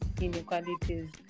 inequalities